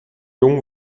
jung